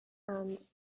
and